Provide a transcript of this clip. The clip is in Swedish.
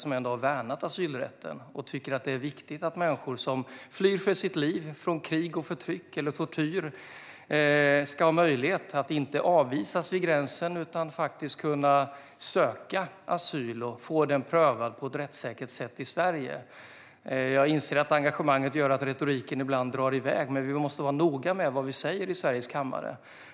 De har i stället värnat asylrätten och har tyckt att det är viktigt att människor som flyr för sina liv från krig och förtryck eller tortyr ska ha möjlighet att inte avvisas vid gränsen utan kunna söka asyl och få den prövad på ett rättssäkert sätt i Sverige. Jag inser att engagemanget gör att retoriken ibland drar iväg, men vi måste vara noga med vad vi säger i Sveriges riksdags kammare.